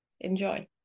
Enjoy